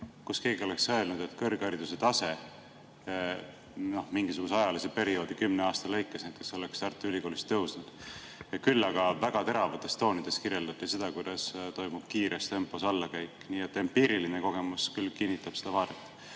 kus keegi oleks öelnud, et kõrghariduse tase mingisuguse ajalise perioodi lõikes, näiteks kümme aastat, oleks Tartu Ülikoolis tõusnud. Küll aga väga teravates toonides kirjeldati seda, kuidas toimub kiires tempos allakäik. Nii et empiiriline kogemus kinnitab seda vaadet.